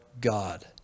God